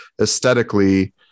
aesthetically